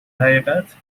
حقیقت